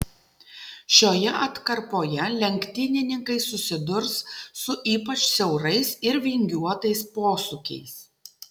šioje atkarpoje lenktynininkai susidurs su ypač siaurais ir vingiuotais posūkiais